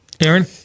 Aaron